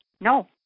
no